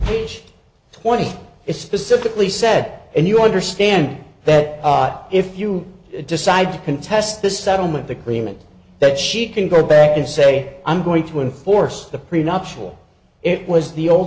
wish twenty is specifically set and you understand that if you decide to contest this settlement agreement that she can go back and say i'm going to enforce the prenuptial it was the old